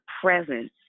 presence